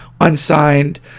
unsigned